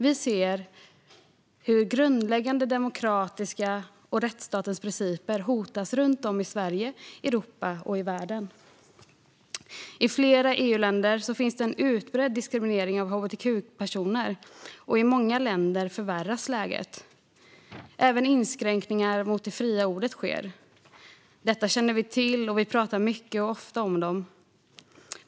Vi ser hur grundläggande demokratiska principer och rättsstatens principer hotas runt om i Sverige, Europa och världen. I flera EU-länder finns en utbredd diskriminering av hbtq-personer, och i många länder förvärras läget. Även inskränkningar av det fria ordet sker. Detta känner vi till, och vi pratar mycket och ofta om det.